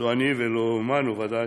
אני ולא מנו, ודאי,